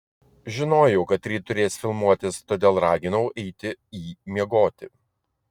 žinojau kad ryt turės filmuotis todėl raginau eiti į miegoti